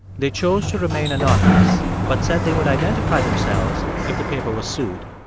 they chose to remain anonymous but said they would identify themselves if the paper was sued.